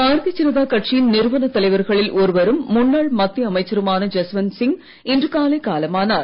பாரதிய ஜனதா கட்சியின் நிறுவன தலைவர்களில் ஒருவரும் முன்னாள் மத்திய அமைச்சருமான ஜஸ்வந் சிங் இன்று காலை காலாமனார்